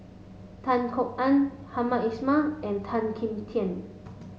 Tan Kok Ann Hamed Ismail and Tan Kim Tian